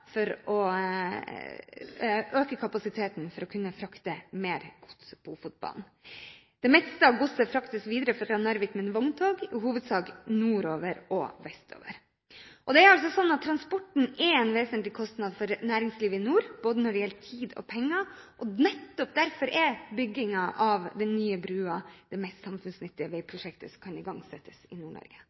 for å øke kapasiteten for å kunne frakte mer gods på Ofotbanen. Det meste av godset fraktes videre fra Narvik med vogntog, i hovedsak nordover og vestover. Transporten er en vesentlig kostnad for næringslivet i nord når det gjelder både tid og penger, og nettopp derfor er byggingen av den nye brua det mest samfunnsnyttige prosjektet som kan igangsettes i